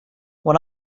when